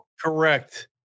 Correct